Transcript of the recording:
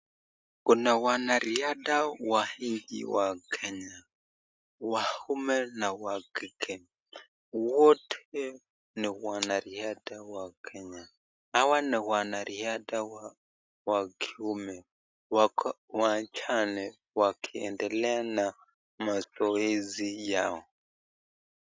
Kuna wanariatha wa nchi ya kenya waume na wakike wote ni wanariatha wa kenya. Hawa ni wanariatha wa kiume wakiendelea na mazoezi yao.